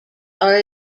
are